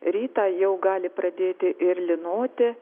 rytą jau gali pradėti ir lynoti